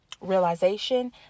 realization